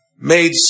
made